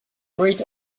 great